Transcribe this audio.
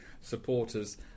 supporters